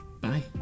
Bye